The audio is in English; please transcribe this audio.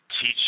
teach